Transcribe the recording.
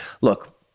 Look